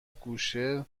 گوشه